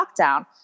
lockdown